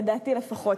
לדעתי לפחות,